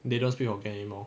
they don't speak hokkien anymore